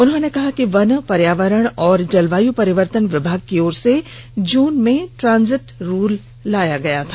उन्होंने कहा कि वन पर्यावरण एवं जलवायू परिवर्तन विभाग की ओर से जून में ट्रांजिट रूल लाया गया था